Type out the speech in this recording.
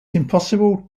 impossible